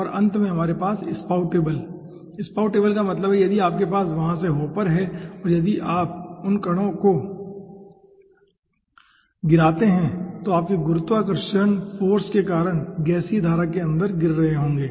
और अंत में हमारे पास स्पाउटेबल स्पाउटेबल का मतलब है यदि आपके पास वहां से हॉपर है यदि आप उन कणों को गिराते हैं जो आपके गुरुत्वाकर्षण फाॅर्स के कारण गैसीय धारा के अंदर गिर रहे होंगे